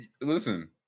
listen